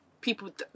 people